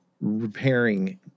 repairing